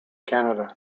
canada